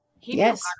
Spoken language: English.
Yes